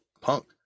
punk